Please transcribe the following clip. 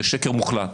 זה שקר מוחלט.